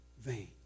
vain